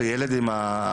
שילד עם,